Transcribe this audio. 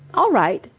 all right,